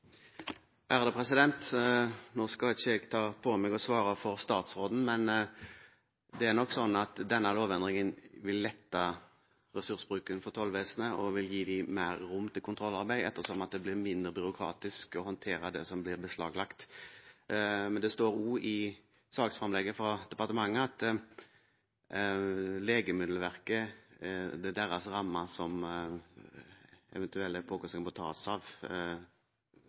nok slik at denne lovendringen vil lette ressursbruken for Tollvesenet og gi dem mer rom for kontrollarbeid siden det blir mindre byråkratisk å håndtere det som blir beslaglagt. Men det står også i saksframlegget fra departementet at det er Legemiddelverkets rammer eventuelle påkostninger må tas av.